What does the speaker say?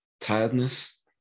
Tiredness